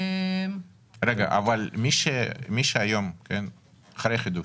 מי שהיום, אחרי החידוש,